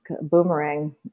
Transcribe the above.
boomerang